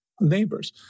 neighbors